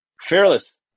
fearless